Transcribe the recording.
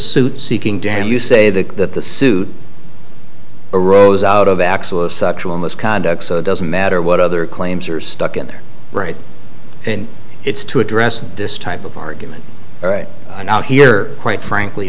suit seeking damn you say that that the suit arose out of acts of sexual misconduct so it doesn't matter what other claims are stuck in there right it's to address this type of argument here quite frankly